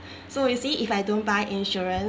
so you see if I don't buy insurance